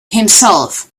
himself